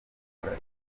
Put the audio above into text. gukora